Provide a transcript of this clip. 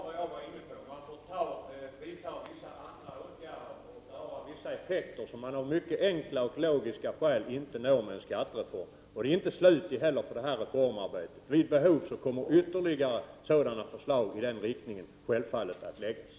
Fru talman! Detta visar bara vad jag själv var inne på. Man får vidta andra åtgärder för att klara vissa effekter, som man av mycket enkla och logiska skäl inte kan göra någonting åt vid genomförandet av en skattereform. Reformarbetet är inte slut. Vid behov kommer det självfallet att läggas fram ytterligare förslag i samma riktning.